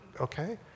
okay